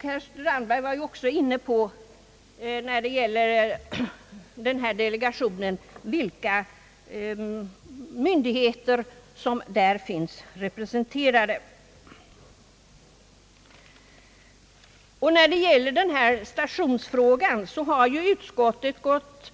Herr Strandberg berörde också denna delegation och redogjorde för vilka myndigheter som där är representerade. När det gäller frågan om indragning av järnvägsstationer har utskottet gått